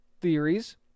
theories